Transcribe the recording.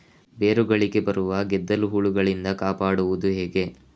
ಬೇರುಗಳಿಗೆ ಬರುವ ಗೆದ್ದಲು ಹುಳಗಳಿಂದ ಕಾಪಾಡುವುದು ಹೇಗೆ?